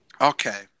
Okay